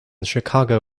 chicago